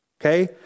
Okay